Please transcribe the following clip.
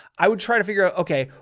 i would try and figure out, okay,